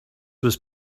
was